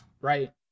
Right